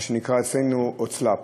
מה שנקרא אצלנו הוצל"פ.